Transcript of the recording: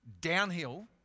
downhill